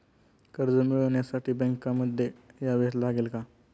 कर्ज मिळवण्यासाठी बँकेमध्ये यावेच लागेल का?